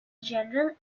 general